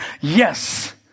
Yes